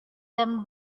them